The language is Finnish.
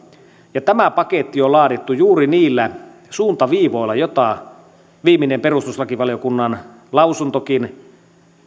ja tämä paketti on laadittu juuri niillä suuntaviivoilla joita viimeinen perustuslakivaliokunnan lausuntokin